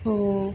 ಓ